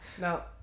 Now